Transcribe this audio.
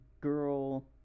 girl